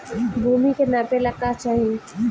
भूमि के नापेला का चाही?